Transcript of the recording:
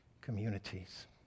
communities